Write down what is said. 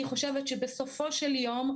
אני חושבת שבסופו של יום,